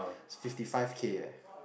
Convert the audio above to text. is fifty five K eh